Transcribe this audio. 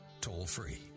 toll-free